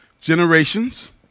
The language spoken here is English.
generations